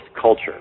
culture